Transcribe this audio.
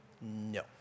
No